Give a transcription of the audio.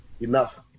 enough